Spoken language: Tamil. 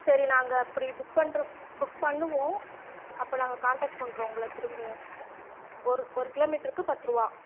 சரி நாங்கள் அப்படி புக் பண்ணுறோம் புக் பண்ணுவோம் அப்போ நாங்கள் காண்டெக்ட் பண்ணுறோம் உங்களை திரும்ப ஒரு ஒரு கிலோமீட்டருக்கு பத்துரூபா